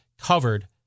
covered